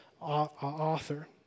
author